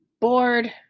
Bored